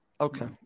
Okay